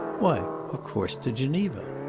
why, of course, to geneva.